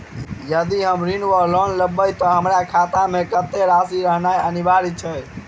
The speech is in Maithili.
यदि हम ऋण वा लोन लेबै तऽ हमरा खाता मे कत्तेक राशि रहनैय अनिवार्य छैक?